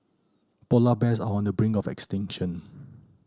polar bears are on the brink of extinction